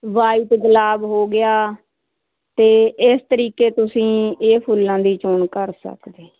white ਗੁਲਾਬ ਹੋ ਗਿਆ ਤੇ ਇਸ ਤਰੀਕੇ ਤੁਸੀਂ ਇਹ ਫੁੱਲਾਂ ਦੀ ਚੋਣ ਕਰ ਸਕਦੇ